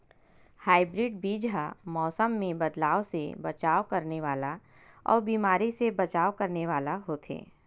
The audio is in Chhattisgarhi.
हाइब्रिड बीज हा मौसम मे बदलाव से बचाव करने वाला अउ बीमारी से बचाव करने वाला होथे